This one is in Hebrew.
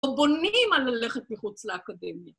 ‫או בונים על ללכת מחוץ לאקדמיה.